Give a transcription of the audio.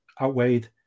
outweighed